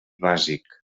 bàsic